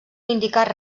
indicar